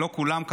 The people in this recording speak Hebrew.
לא כולם,